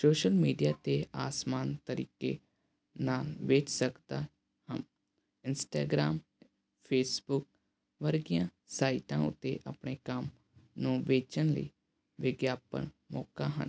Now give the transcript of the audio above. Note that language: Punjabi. ਸ਼ੋਸ਼ਲ ਮੀਡੀਆ 'ਤੇ ਆਸਾਨ ਤਰੀਕੇ ਨਾਲ ਵੇਚ ਸਕਦਾ ਹਾਂ ਇੰਸਟਾਗ੍ਰਾਮ ਫੇਸਬੁੱਕ ਵਰਗੀਆਂ ਸਾਈਟਾਂ ਉਤੇ ਆਪਣੇ ਕੰਮ ਨੂੰ ਵੇਚਣ ਲਈ ਵਿਗਿਆਪਨ ਮੌਕਾ ਹਨ